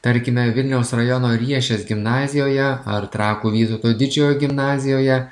tarkime vilniaus rajono riešės gimnazijoje ar trakų vytauto didžiojo gimnazijoje